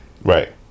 Right